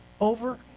over